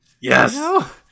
Yes